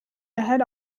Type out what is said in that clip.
ahead